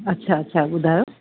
अच्छा अच्छा ॿुधायो